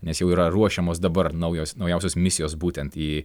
nes jau yra ruošiamos dabar naujos naujausios misijos būtent į